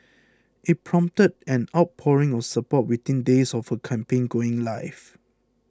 it prompted an outpouring of support within days of her campaign going live